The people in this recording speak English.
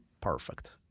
perfect